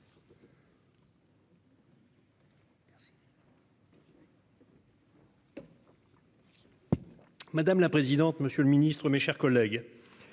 Madame la présidente. Monsieur le Ministre, mes chers collègues.